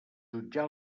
jutjar